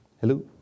hello